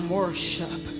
worship